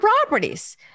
properties